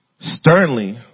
sternly